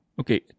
Okay